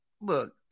look